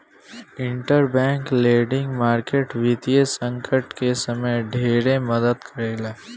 interbank lending market वित्तीय संकट के समय में ढेरे मदद करेला